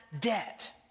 debt